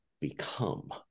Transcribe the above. become